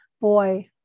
boy